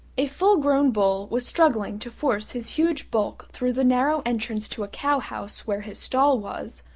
a full-grown bull was struggling to force his huge bulk through the narrow entrance to a cow-house where his stall was,